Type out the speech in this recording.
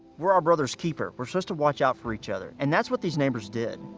we're our brother's keeper. we're supposed to watch out for each other, and that's what these neighbors did.